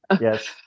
Yes